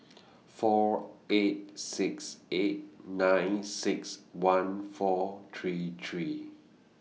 four eight six eight nine six one four three three